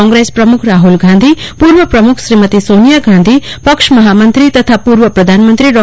કો ં ગ્રેસ પ્રમુખ રાહુલ ગાંધી પૂર્વ પ્રમુખ શ્રીમતી સોનિયા ગાંધી પક્ષ મહામંત્રી તથા પૂર્વ પ્રધાનમંત્રી ડૉ